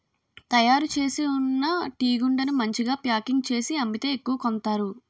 తయారుచేసి ఉన్న టీగుండను మంచిగా ప్యాకింగ్ చేసి అమ్మితే ఎక్కువ కొంతారు